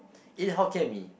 eat Hokkien-Mee